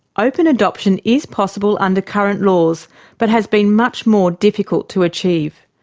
open adoption is possible under current laws but has been much more difficult to achieve.